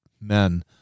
men